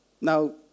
Now